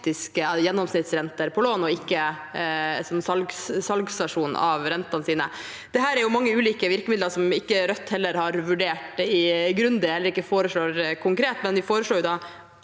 gjennomsnittsrenter på lån og ikke en salgsversjon av rentene sine. Det er mange ulike virkemidler Rødt ikke har vurdert grundig og heller ikke foreslår konkret,